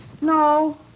No